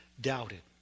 doubted